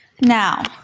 Now